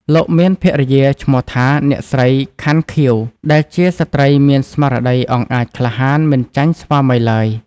លោកមានភរិយាឈ្មោះថា អ្នកស្រី ខាន់ ខៀវ ដែលជាស្ត្រីមានស្មារតីអង់អាចក្លាហានមិនចាញ់ស្វាមីឡើយ។